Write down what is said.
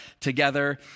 together